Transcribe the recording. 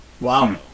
Wow